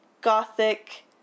Gothic